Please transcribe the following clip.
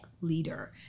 leader